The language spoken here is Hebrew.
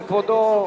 וכבודו,